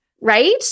Right